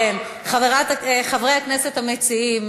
חברי הכנסת המציעים,